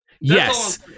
Yes